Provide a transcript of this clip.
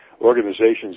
organizations